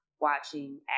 watching